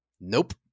Nope